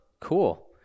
Cool